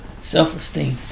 self-esteem